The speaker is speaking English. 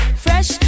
fresh